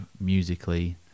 musically